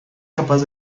capaz